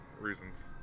reasons